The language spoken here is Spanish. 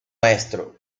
maestro